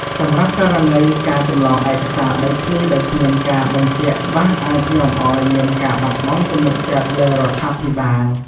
សម្រាប់ករណីការចម្លងឯកសារដីធ្លីដោយគ្មានការបញ្ជាក់ច្បាស់អាចនាំឲ្យមានការបាត់បង់ទំនុកចិត្តលើរដ្ឋាភិបាល។